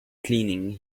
cleaning